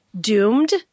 Doomed –